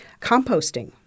Composting